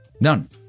none